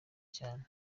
cyane